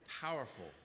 powerful